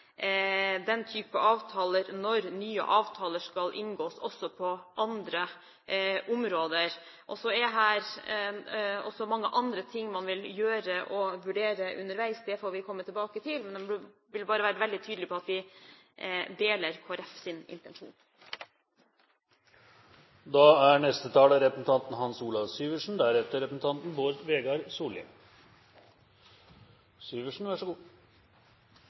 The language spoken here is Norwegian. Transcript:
den type avtaler når nye avtaler skal inngås også på andre områder. Så er det også mange andre ting man vil gjøre og vurdere underveis. Det får vi komme tilbake til. Men jeg ville bare være veldig tydelig på at vi deler Kristelig Folkepartis intensjon. Også jeg vil takke for en lang og tidvis god debatt. Så